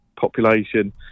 population